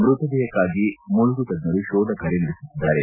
ಮೃತದೇಹಕ್ಕಾಗಿ ಮುಳುಗು ತಜ್ಜರು ಶೋಧ ಕಾರ್ಯ ನಡೆಸುತ್ತಿದ್ದಾರೆ